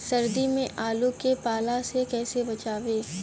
सर्दी में आलू के पाला से कैसे बचावें?